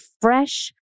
fresh